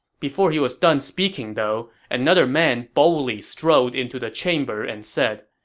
before he was done speaking, though, another man boldly strode into the chamber and said,